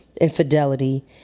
infidelity